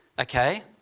okay